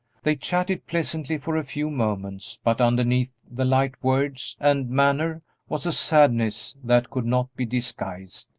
they chatted pleasantly for a few moments, but underneath the light words and manner was a sadness that could not be disguised,